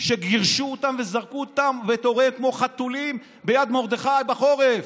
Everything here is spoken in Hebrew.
שגירשו אותן וזרקו אותן ואת הוריהן כמו חתולים ביד מרדכי בחורף,